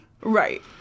right